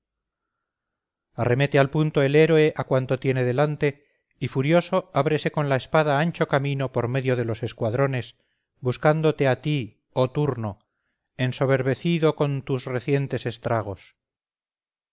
arremete al punto el héroe a cuanto tiene delante y furioso ábrese con la espada ancho camino por medio de los escuadrones buscándote a ti oh turno ensoberbecido con tus recientes estragos